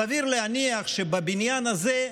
וסביר להניח שבבניין הזה,